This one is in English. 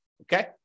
Okay